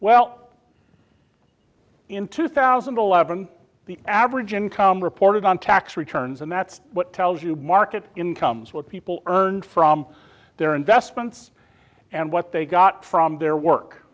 well in two thousand and eleven the average income reported on tax returns and that's what tells you market incomes what people earn from their investments and what they got from their work